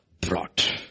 brought